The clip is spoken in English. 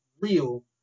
real